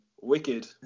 wicked